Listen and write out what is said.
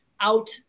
out